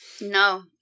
No